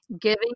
giving